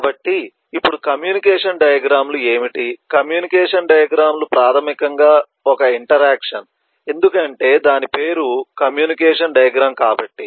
కాబట్టి ఇప్పుడు communication diagram లు ఏమిటి కమ్యూనికేషన్ డయాగ్రమ్ లు ప్రాథమికంగా ఒక ఇంటరాక్షన్ ఎందుకంటే దాని పేరు కమ్యూనికేషన్ డయాగ్రమ్ కాబట్టి